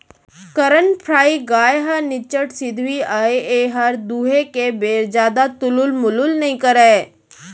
करन फ्राइ गाय ह निच्चट सिधवी अय एहर दुहे के बेर जादा तुलुल मुलुल नइ करय